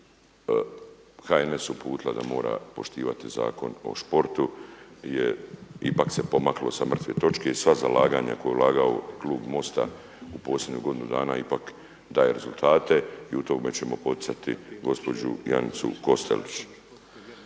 HNS uputila da mora poštivati Zakon o športu jer ipak se pomaklo sa mrtve točke i sva zalaganja koja je ulagao klub MOST-a u posljednjih godinu dana ipak daje rezultate i u tome ćemo poticati gospođu Janicu Kostelić.